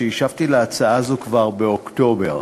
שהשבתי להצעה בנושא זה כבר באוקטובר,